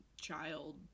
child